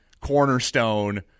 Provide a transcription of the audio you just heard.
cornerstone